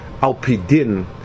Alpidin